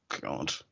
God